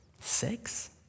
sex